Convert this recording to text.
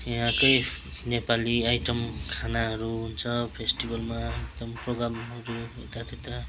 यहाँकै नेपाली आइटम खानाहरू हुन्छ फेस्टिभलमा एकदम प्रोग्रामहरू यता त्यता